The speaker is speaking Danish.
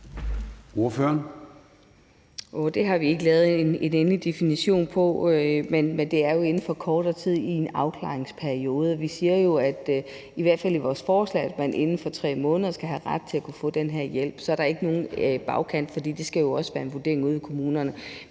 Det har vi ikke lavet en endelig definition af, men det er jo inden for kortere tid i en afklaringsperiode. Vi siger jo i hvert fald i vores forslag, at man inden for 3 måneder skal have ret til at kunne få den her hjælp. Så der er ikke nogen bagkant, for det skal jo også være en vurdering ude i kommunerne.